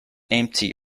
emptied